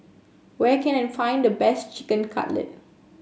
where can I find the best Chicken Cutlet